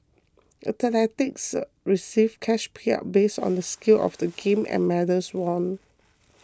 athletes receive cash payouts based on the scale of the games and medals won